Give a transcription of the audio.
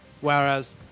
Whereas